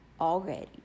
already